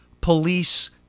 police